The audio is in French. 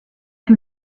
que